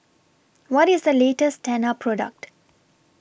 What IS The latest Tena Product